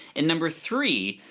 and number three,